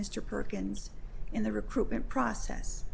mr perkins in the recruitment process